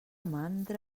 mandra